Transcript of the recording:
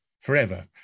forever